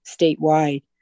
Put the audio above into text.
statewide